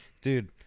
dude